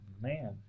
man